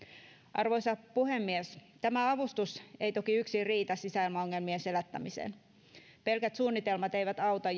arvoisa puhemies tämä avustus ei toki yksin riitä sisäilmaongelmien selättämiseen pelkät suunnitelmat eivät auta